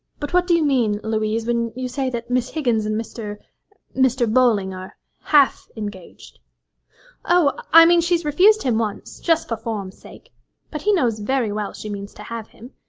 but what do you mean, louise, when you say that miss higgins and mr mr. bowling are half engaged oh, i mean she has refused him once, just for form's sake but he knows very well she means to have him.